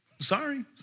Sorry